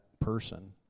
person